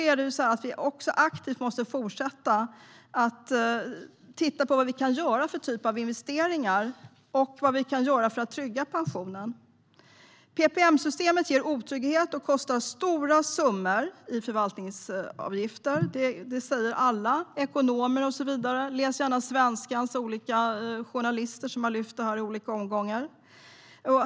Vi måste då också aktivt fortsätta att titta på vad vi kan göra för typ av investeringar och vad vi kan göra för att trygga pensionerna. PPM-systemet ger otrygghet och kostar stora summor i förvaltningsavgifter. Det säger alla ekonomer och så vidare. Läs gärna Svenskans olika journalister, som har lyft detta i olika omgångar!